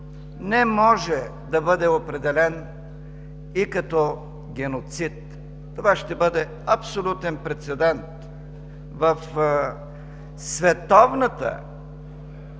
не може да бъде определян и като геноцид. Това ще бъде абсолютен прецедент в световната